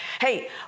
Hey